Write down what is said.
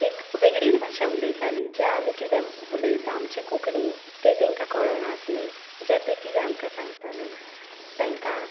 एक वेगळीच भाशा उलयतालीं जें आमी कितें उलयता आमची कोंकणी तें तांकां कळनासलें जे ते कितें आमकां सांगताले तांकां